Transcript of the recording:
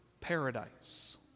paradise